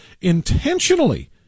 intentionally